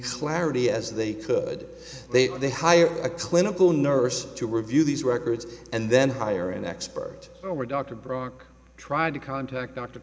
clarity as they could they were they hired a clinical nurse to review these records and then hire an expert or doctor brock tried to contact dr